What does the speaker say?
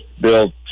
Bill